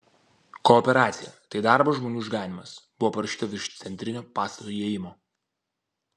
kooperacija tai darbo žmonių išganymas buvo parašyta virš centrinio pastato įėjimo